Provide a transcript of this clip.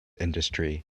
industry